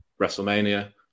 WrestleMania